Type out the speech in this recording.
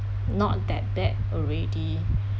not that bad already